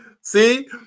See